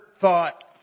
thought